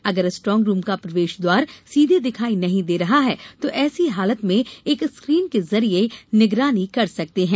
अगर स्ट्रांगरूम का प्रवेश द्वार सीधे दिखाई नहीं दे रहा है तो ऐसी हालत में एक स्क्रीन के जरिए निगरानी कर सकते हैं